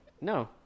No